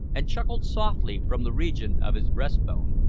and chuckled softly from the region of his breast-bone.